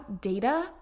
data